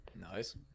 nice